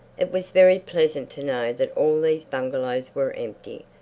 it was very pleasant to know that all these bungalows were empty,